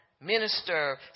Minister